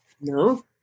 no